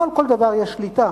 לא על כל דבר יש שליטה,